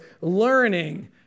learning